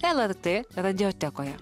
lrt radiotekoje